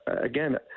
again